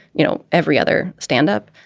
you know, every other stand up.